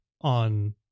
on